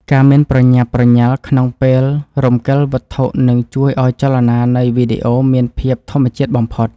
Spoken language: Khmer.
ការមិនប្រញាប់ប្រញាល់ក្នុងពេលរំកិលវត្ថុនឹងជួយឱ្យចលនានៃវីដេអូមានភាពធម្មជាតិបំផុត។